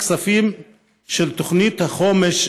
הכספים של תוכנית החומש,